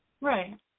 Right